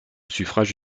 suffrage